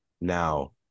now